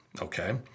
Okay